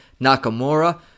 Nakamura